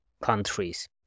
countries